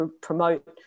promote